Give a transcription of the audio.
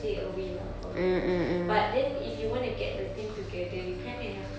stay away lah from them but then if you want to get the team together you kind of have to